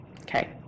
okay